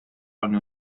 unió